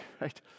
right